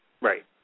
Right